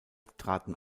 traten